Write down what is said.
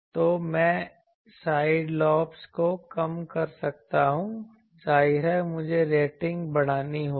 तो मैं side lobes को कम कर सकता हूं जाहिर है मुझे रेटिंग बढ़ानी होगी